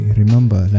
remember